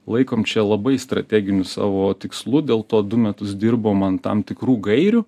laikom čia labai strateginiu savo tikslu dėl to du metus dirbom an tam tikrų gairių